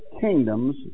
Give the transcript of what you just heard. kingdoms